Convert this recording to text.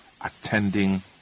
attending